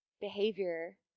behavior